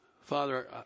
Father